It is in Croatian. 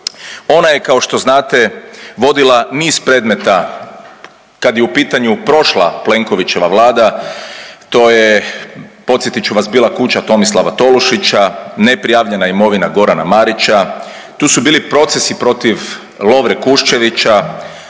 Ona je kao što znate vodila niz predmeta kad je u pitanju prošla Plenkovićeva vlada to je podsjetit ću vas bila kuća Tomislava Tolušića, neprijavljena imovina Gorana Marića, tu su bili procesi protiv Lovre Kuščevića,